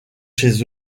chez